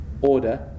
order